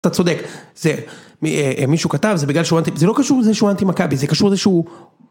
אתה צודק. זה... מישהו כתב, זה בגלל שהוא אנ... זה לא קשור לזה שהוא אנטי מכבי, זה קשור לזה שהוא...